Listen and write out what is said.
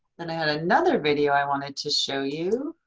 then i had another video i wanted to show you.